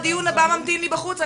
לא,